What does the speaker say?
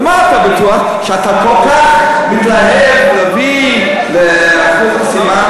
במה אתה בטוח שאתה כל כך מתלהב להביא לאחוז מסוים?